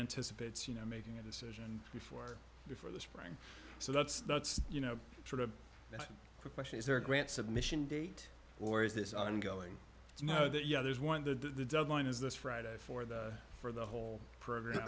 anticipates you know making a decision before before the spring so that's that's you know sort of a question is there a grant submission date or is this i'm going to know that yeah there's one of the deadline is this friday for the for the whole program